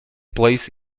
place